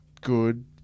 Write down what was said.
good